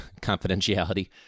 confidentiality